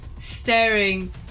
staring